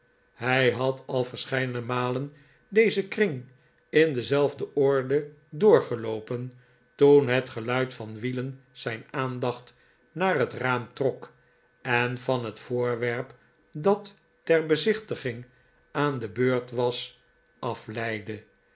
hij had al verscheidene malen dezen kring in dezelfde orde doorgeloopen toen het geluid van wielen zijn aandacht naar het raam trok en van het voorwerp dat te r bezichtiging aan de beurt was afleidde